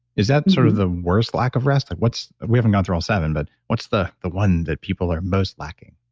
is that sort of the worst lack of rest? like we haven't gone through all seven, but what's the the one that people are most lacking?